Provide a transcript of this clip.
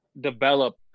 develop